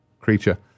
creature